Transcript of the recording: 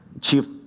chief